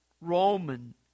Roman